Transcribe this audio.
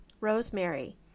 rosemary